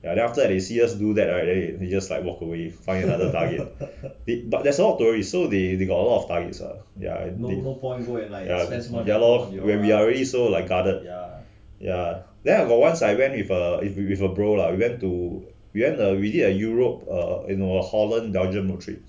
ya then after they see us do that right then they just like walk away find another target they but there's a lot of tourist so they they got a lof of targtes ah ya ya ya lor when we are already so like guarded ya then there was once I went with a with a bro lah we went to we went a we did a europe err into Holland belgium road trip